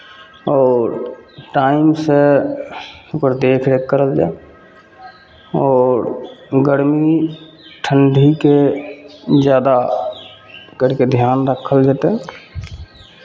आओर टाइमसँ ओकर देखरेख करल जाय आओर गरमी ठण्ढीके जादा कनिके धियान राखल जेतै